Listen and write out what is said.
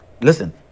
Listen